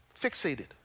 fixated